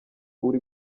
uri